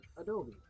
adobe